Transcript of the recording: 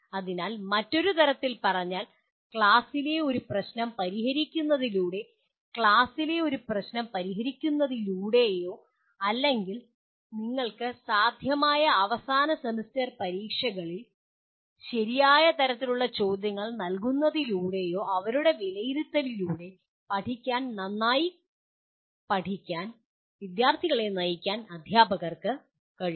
അതിനാൽ മറ്റൊരു തരത്തിൽ പറഞ്ഞാൽ ക്ലാസ്സിലെ ഒരു പ്രശ്നം പരിഹരിക്കുന്നതിലൂടെയോ ക്ലാസിലെ ഒരു പ്രശ്നം പരിഹരിക്കുന്നതിലൂടെയോ അല്ലെങ്കിൽ നിങ്ങൾക്ക് സാധ്യമായ അവസാന സെമസ്റ്റർ പരീക്ഷകളിൽ ശരിയായ തരത്തിലുള്ള ചോദ്യങ്ങൾ നൽകുന്നതിലൂടെയോ അവരുടെ വിലയിരുത്തലിലൂടെ പഠിക്കാൻ നന്നായി പഠിക്കാൻ വിദ്യാർത്ഥികളെ നയിക്കാൻ അധ്യാപകർക്ക് കഴിയും